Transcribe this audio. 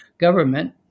government